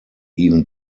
even